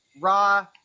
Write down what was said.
Raw